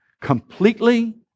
completely